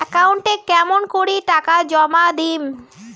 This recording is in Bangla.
একাউন্টে কেমন করি টাকা জমা দিম?